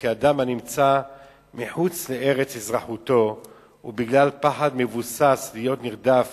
אדם הנמצא מחוץ לארץ אזרחותו ובגלל פחד מבוסס להיות נרדף